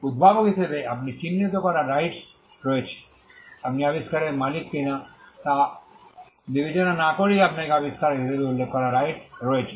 উদ্ভাবক হিসাবে আপনাকে চিহ্নিত করার রাইটস রয়েছে আপনি আবিষ্কারের মালিক কিনা তা বিবেচনা না করেই আপনাকে আবিষ্কারক হিসাবে উল্লেখ করার রাইটস রয়েছে